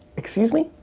excuse me?